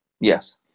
Yes